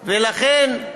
לכן,